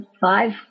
five